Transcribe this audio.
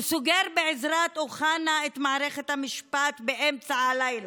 הוא סוגר בעזרת אוחנה את מערכת המשפט באמצע הלילה,